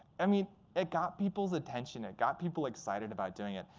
i mean it got people's attention. it got people excited about doing it.